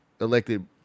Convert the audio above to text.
elected